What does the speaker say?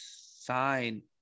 sign